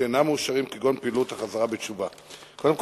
שאושרו לטובת שירות